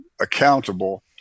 accountable